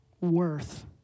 worth